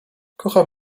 kocham